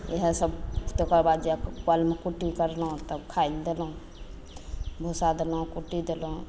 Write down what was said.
इएह सब तकरा बाद जाकऽ कुट्टि करलहुँ तब खाय लए देलहुँ भूसा देलहुँ कुट्टि देलहुँ